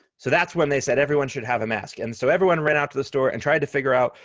so that's when they said everyone should have a mask and so everyone ran out to the store and tried to figure out,